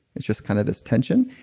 it's just kind of this tension.